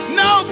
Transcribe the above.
no